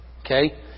Okay